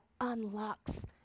unlocks